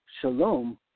shalom